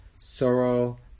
sorrow